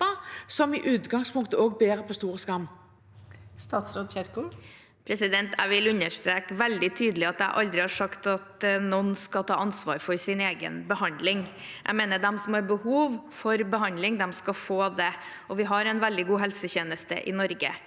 som i utgangspunktet bærer på stor skam?